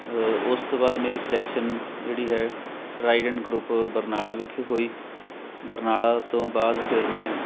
ਉਸ ਤੋਂ ਬਾਅਦ ਮੇਰੀ ਸਿਲੈਕਸ਼ਨ ਜਿਹੜੀ ਹੈ ਟਰਾਈਡੈਂਟ ਗਰੁੱਪ ਬਰਨਾਲਾ ਵਿਖੇ ਹੋਈ ਬਰਨਾਲਾ ਤੋਂ ਬਾਅਦ ਫਿਰ ਮੈਂ